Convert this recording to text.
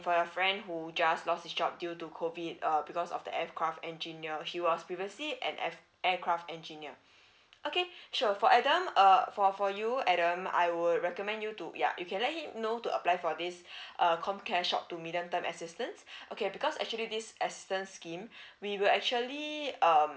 for your friend who just lost his job due to COVID err because of the aircraft engineer he was previously an aif~ aircraft engineer okay sure for adam err for for you adam I will recommend you to ya you can let him know to apply for this err comcare short to medium term assistance okay because actually this assistance scheme we will actually um